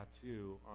tattoo